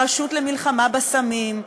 הרשות למלחמה בסמים,